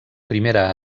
primera